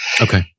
Okay